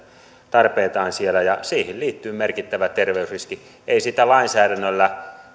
tarpeitaan siellä ja siihen liittyy merkittävä terveysriski ei sitä lainsäädännöllä